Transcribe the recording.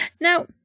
Now